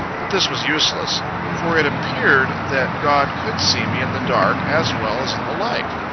but this was useless for it appeared that god could see me in the dark, as well as in the light.